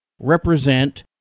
represent